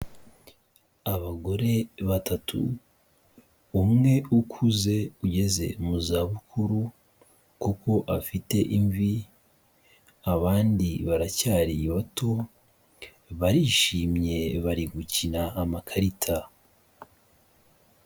Abagore batatu umwe ukuze ugeze mu zabukuru kuko afite imvi, abandi baracyari bato, barishimye bari gukina amakarita.